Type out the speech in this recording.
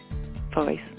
Voice